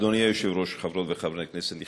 היושב-ראש, חברות וחברי כנסת נכבדים,